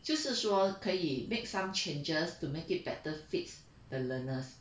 就是说可以 make some changes to make it better fit the learners